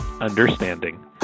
understanding